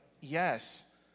Yes